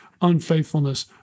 Unfaithfulness